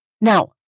Now